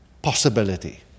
possibility